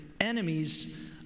enemies